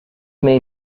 may